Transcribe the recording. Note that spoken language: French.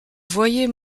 voyez